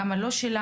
כמה לא שילמתם.